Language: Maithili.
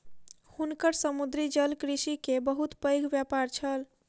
हुनकर समुद्री जलकृषि के बहुत पैघ व्यापार छल